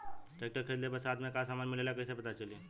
Tractor खरीदले पर साथ में का समान मिलेला कईसे पता चली?